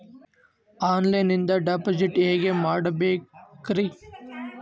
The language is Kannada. ಆನ್ಲೈನಿಂದ ಡಿಪಾಸಿಟ್ ಹೇಗೆ ಮಾಡಬೇಕ್ರಿ?